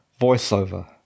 voiceover